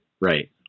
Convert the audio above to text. Right